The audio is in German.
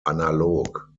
analog